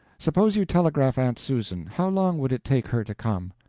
suppose you telegraph aunt susan. how long would it take her to come?